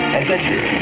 adventure